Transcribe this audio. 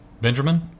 Benjamin